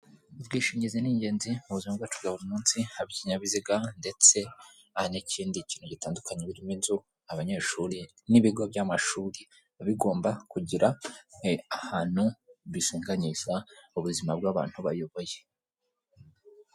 Ubwishingizi ni ingenzi mu buzima bwacu bwa buri munsi haba ikinkinyabiziga ndetse n'ikindi kintu gitandukanye birimo inzu, abanyeshuri n'ibigo by'amashuri biba bigomba kugira ahantu bishinganisha mu buzima bw'abantu bayoboye.